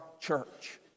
church